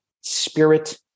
spirit